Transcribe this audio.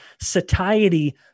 satiety